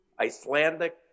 Icelandic